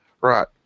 right